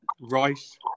Rice